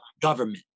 government